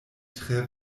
tre